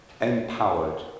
empowered